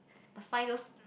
must find those